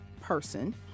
person